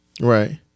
Right